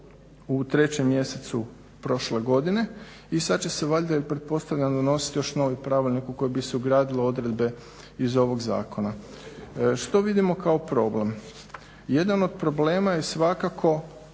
u 3. mjesecu prošle godine i sad će se valjda i pretpostavljam donositi još novi pravilnik u koji bi se ugradile odredbe iz ovog zakona. Što vidimo kao problem? Jedan od problema je svakako